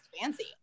fancy